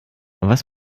was